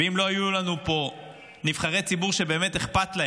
אם לא היו לנו פה נבחרי ציבור שבאמת אכפת להם,